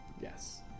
Yes